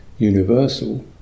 Universal